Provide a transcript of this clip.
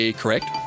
correct